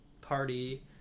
party